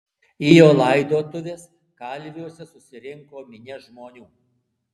į jo laidotuves kalviuose susirinko minia žmonių